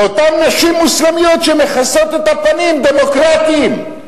באותן נשים מוסלמיות שמכסות את הפנים, דמוקרטים.